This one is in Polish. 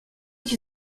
idź